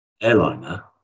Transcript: airliner